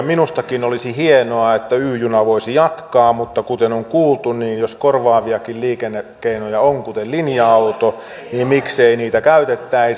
minustakin olisi hienoa että y juna voisi jatkaa mutta kuten on kuultu niin jos korvaaviakin liikennekeinoja on kuten linja auto niin miksei niitä käytettäisi